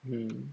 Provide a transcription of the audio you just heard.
mm